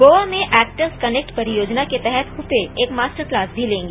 गोवा में actors connect परियोजना के तहत हुपे एक मास्टर क्लास भी लेंगी